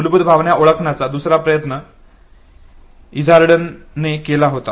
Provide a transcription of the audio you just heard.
मूलभूत भावना ओळखण्याचा दुसरा प्रयत्न इझार्डने केला होता